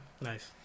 nice